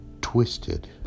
twisted